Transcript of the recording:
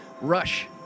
Rush